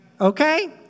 Okay